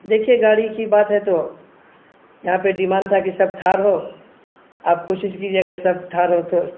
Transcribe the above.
دیکھیے گاڑی کی بات ہے تو یہاں پہ ڈیمانڈ تھا کہ سب تھار ہو آپ کوشش کیجیے اگر سب تھار ہو تو